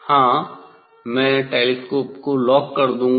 हां मैं टेलीस्कोप को लॉक कर दूंगा